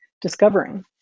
discovering